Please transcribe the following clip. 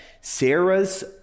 Sarah's